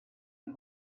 ihr